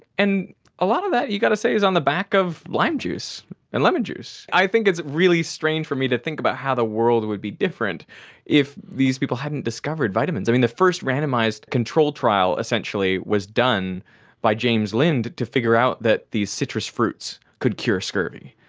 and a lot of that you've got to say is on the back of lime juice and lemon juice. i think it's really strange for me to think about how the world would be different if these people hadn't discovered vitamins. i mean, the first randomised controlled trial essentially was done by james lind to figure out that the citrus fruits could cure scurvy.